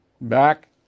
Back